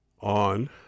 on